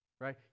Right